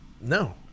No